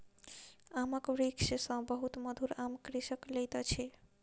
आमक वृक्ष सॅ बहुत मधुर आम कृषक लैत अछि